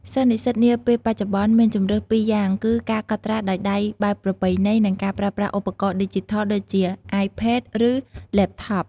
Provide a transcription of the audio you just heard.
សិស្សនិស្សិតនាពេលបច្ចុប្បន្នមានជម្រើសពីរយ៉ាងគឺ ការកត់ត្រាដោយដៃបែបប្រពៃណី និងការប្រើប្រាស់ឧបករណ៍ឌីជីថលដូចជា អាយផេត ឬ ឡេបថប ។